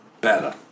better